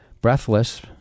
Breathless